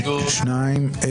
מי נמנע?